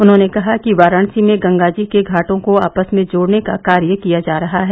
उन्होंने कहा कि वाराणसी में गंगा जी के घाटों को आपस में जोड़ने का कार्य किया जा रहा है